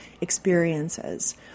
experiences